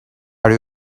are